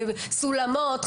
סולמות,